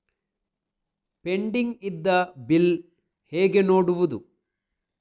Pending ಇದ್ದ bill ಹೇಗೆ ನೋಡುವುದು?